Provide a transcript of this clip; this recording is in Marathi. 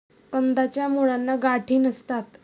कंदाच्या मुळांना गाठी नसतात